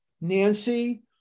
Nancy